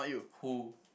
who